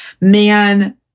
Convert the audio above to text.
man